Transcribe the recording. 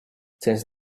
since